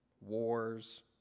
wars